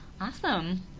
awesome